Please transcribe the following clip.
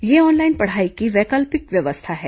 यह ऑनलाईन पढाई की वैकल्पिक व्यवस्था है